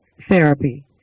therapy